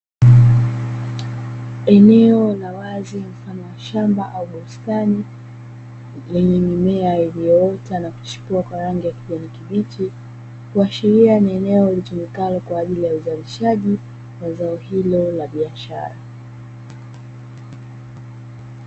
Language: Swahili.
Eneo la wazi mfano wa shamba au bustani, lenye mimea iliyoota na kuchipua kwa rangi ya kijani kibichi, kuashiria ni eneo litumikalo kwa ajili ya uzalishaji wa zao hilo la biashara.